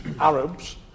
Arabs